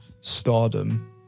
stardom